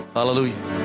Hallelujah